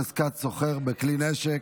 חזקת סוחר בכלי נשק),